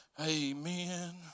Amen